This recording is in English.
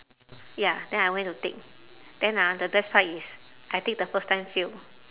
ya then I went to take then ah the best part is I take the first time fail